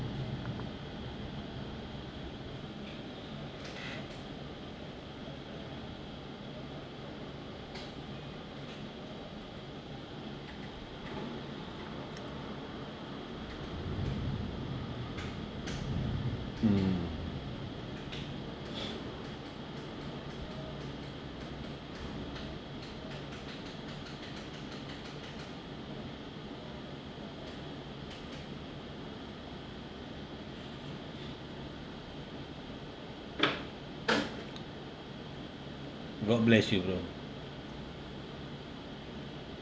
mm god bless you bro